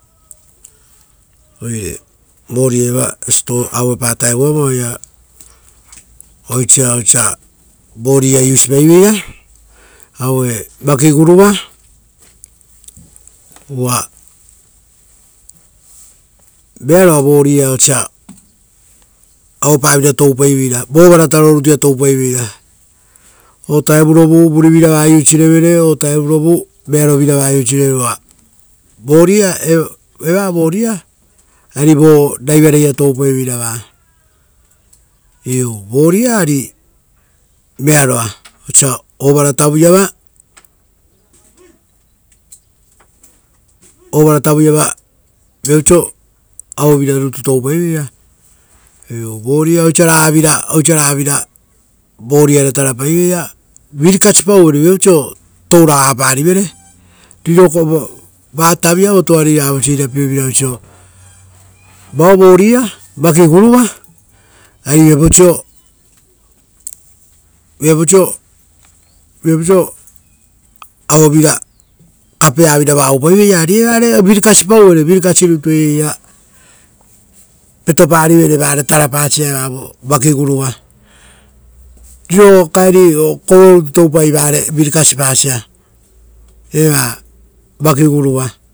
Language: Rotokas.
Oire vakia iava siposipopa vuta vaoia, oisio osa va ia vorivori paveira. Vearoa ita eva vakia osia aupavira toupaiveira, vo varataro rutuia. Ovutarovu oaia viapau vearovira vaia vorivori uvere, ari ovutavu oaia vearo vira vaia vorivoriuvere. Eva vakia oa vearopai ovaratavuiava. Viapau oisio aue vira rutu toupaiveira. Iu vakia oisio ragavira toupaiveira, viapau oisio touragaparivere. Eva vakia, viapau oisio, oisio o auevira, kapea vira va oupasia, virikasipau vererutu va oupasia. Riro kovo rutu toupai vare taketakepasia eva vakia.